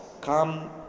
come